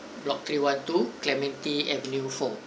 block three one to clementi avenue four